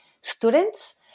students